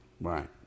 right